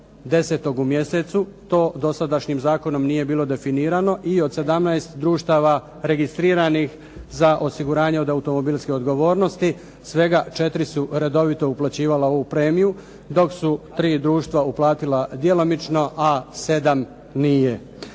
do 10. u mjesecu. To dosadašnjim zakonom nije bilo definirano i od 17 društava registriranih za osiguranje od automobilske odgovornosti, svega 4 su redovito uplaćivala ovu premiju, dok su 3 društva uplatila djelomično, a 7 nije.